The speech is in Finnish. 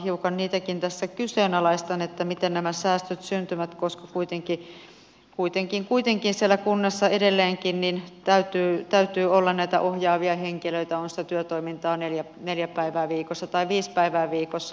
hiukan niitäkin tässä kyseenalaistan miten nämä säästöt syntyvät koska kuitenkin siellä kunnassa edelleenkin täytyy olla näitä ohjaavia henkilöitä on sitä työtoimintaa neljä päivää viikossa tai viisi päivää viikossa